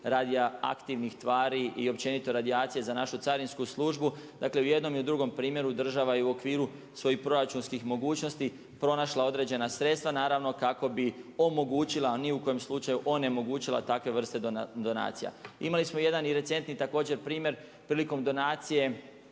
radioaktivnih tvari i općenito radijacija za našu carinsku službu. Dakle, i u jednom i u drugom primjeru, država je u okviru svojih proračunskih mogućnosti pronašla određena sredstva, naravno, kako bi omogućila, ni u kojem slučaju, onemogućila takve vrste donacija. Imali smo jedan i recentni također primjer prilikom donacije